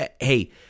hey